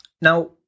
Now